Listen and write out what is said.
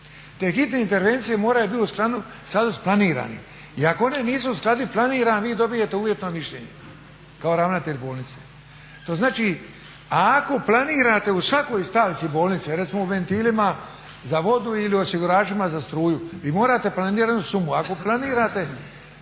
te hitne intervencije moraju bit u skladu s planiranim i ako one nisu u skladu s planiranim vi dobijete uvjetno mišljenje kao ravnatelj bolnice. To znači ako planirate u svakoj stavki bolnice, recimo u ventilima za vodu ili osiguračima za struju, vi morate planiranu sumu, ako planirate